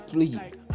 Please